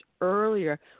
earlier